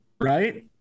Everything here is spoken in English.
right